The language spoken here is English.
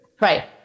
Right